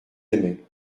aimaient